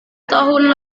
tahun